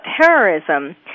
terrorism